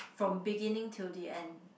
from beginning till the end